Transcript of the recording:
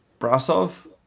Brasov